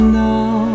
now